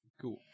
Cool